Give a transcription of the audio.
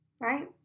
Right